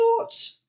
thought